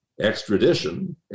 extradition